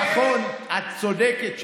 נכון, את צודקת.